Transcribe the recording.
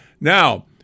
Now